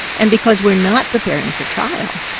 and because we're not preparing for trial,